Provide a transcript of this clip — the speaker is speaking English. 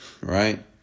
Right